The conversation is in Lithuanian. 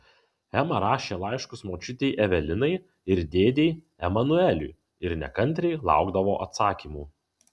ema rašė laiškus močiutei evelinai ir dėdei emanueliui ir nekantriai laukdavo atsakymų